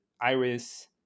Iris